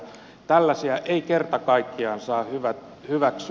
tällaisia ei kerta kaikkiaan saa hyväksyä